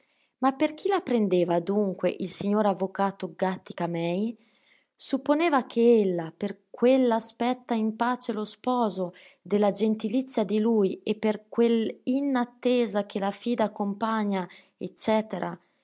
ma per chi la prendeva dunque il signor avvocato gàttica-mei supponeva che ella per quell aspetta in pace lo sposo della gentilizia di lui e per quell in attesa che la fida compagna ecc